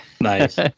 Nice